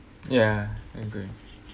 ya I agree